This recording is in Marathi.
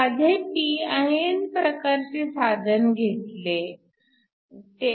साधे pin प्रकारचे साधन घेतले घ्या